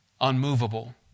unmovable